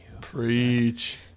Preach